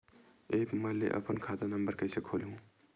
App म ले अपन खाता नम्बर कइसे खोलहु?